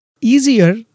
easier